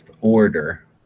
order